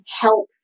help